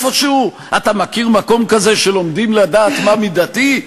אתה מכיר מקום כזה, שלומדים לדעת מה מידתי?